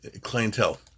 clientele